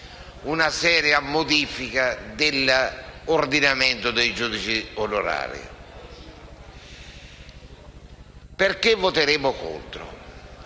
una seria modifica dell'ordinamento dei giudici onorari. Perché voteremo contro?